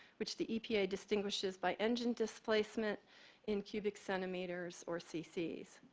which the epa distinguishes by engine displacement in cubic centimeters or ccs.